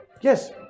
Yes